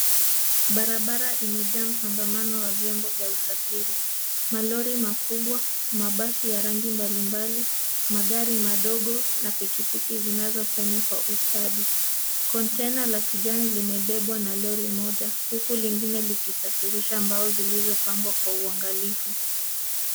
Barabara imejaa msongamano wa vyombo vya usafiri. Malori makubwa, mabasi ya rangi mbalimbali, magari madogo na pikipiki zinazopenya kwa ustadi. Container la kijani limebebwa na lori moja huku lingine likisafirisha mbao zilizopangwa kwa uangalifu.